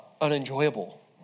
unenjoyable